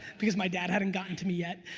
because my dad hadn't gotten to me yet,